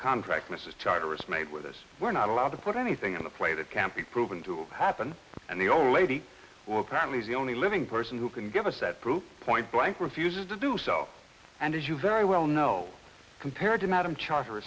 contract mrs charteris made with us we're not allowed to put anything in the play that can't be proven to happen and the old lady well currently is the only living person who can give us that proof point blank refuses to do so and as you very well know compared to madame charter